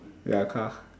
ya car